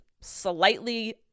slightly